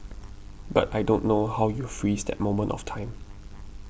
but I don't know how you freeze that moment of time